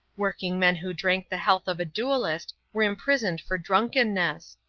working men who drank the health of a duellist were imprisoned for drunkenness.